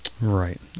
Right